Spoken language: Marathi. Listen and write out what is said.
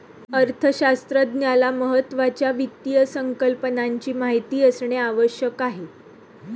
अर्थशास्त्रज्ञाला महत्त्वाच्या वित्त संकल्पनाची माहिती असणे आवश्यक आहे